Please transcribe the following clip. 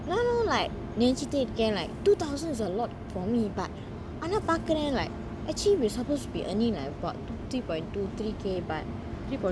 ya lor நெனைச்சிட்டயே இருக்கான்:nenaichitae irukan like two thousand is a lot for me but அனா பாக்குறான்:ana paakuran like actually we supposed to be earning like about three point two three K but